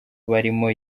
barimo